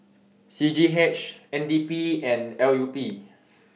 C G H N D P and L U P